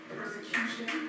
persecution